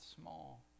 small